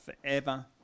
forever